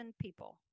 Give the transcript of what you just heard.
people